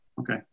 Okay